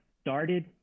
started